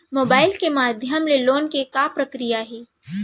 Mobile के माधयम ले लोन के का प्रक्रिया हे?